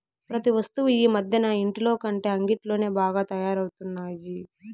ప్రతి వస్తువు ఈ మధ్యన ఇంటిలోకంటే అంగిట్లోనే బాగా తయారవుతున్నాయి